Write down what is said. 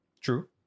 True